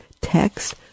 text